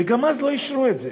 וגם אז לא אישרו את זה.